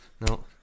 No